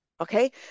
Okay